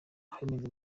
ahmed